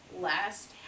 last